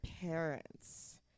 parents